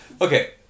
Okay